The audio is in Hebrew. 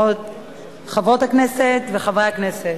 חברות הכנסת וחברי הכנסת,